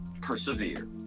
persevere